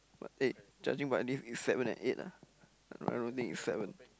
eh judging by this it's seven and eight lah I don't think it's seven